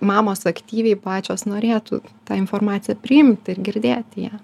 mamos aktyviai pačios norėtų tą informaciją priimt ir girdėti ją